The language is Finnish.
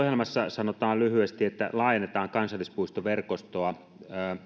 salista hallitusohjelmassa sanotaan lyhyesti että laajennetaan kansallispuistoverkostoa